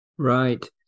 Right